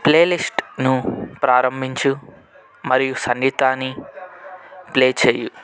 ప్లేలిస్టును ప్రారంభించు మరియు సంగీతాన్ని ప్లే చెయ్యి